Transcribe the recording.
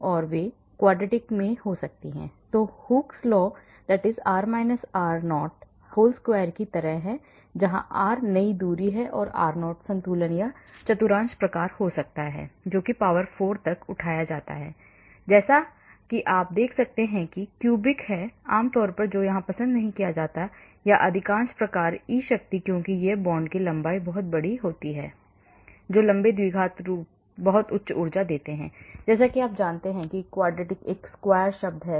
तो वे quadratic form में हो सकते हैं जो Hookes law r r0 whole square की तरह है जहां r नई दूरी है r0 संतुलन है या चतुर्थांश प्रकार हो सकता है जो कि power 4 तक उठाया जाता है जैसा कि आप देख सकते हैं कि क्यूबिक है आम तौर पर पसंद नहीं किया जाता है या अधिकांश प्रकार ई शक्ति क्योंकि जब बांड की लंबाई बहुत बड़ी होती है तो लंबे द्विघात रूप बहुत उच्च ऊर्जा देते हैं जैसा कि आप जानते हैं कि quadratic एक square शब्द है